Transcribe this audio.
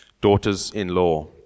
daughters-in-law